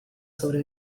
sobre